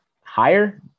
higher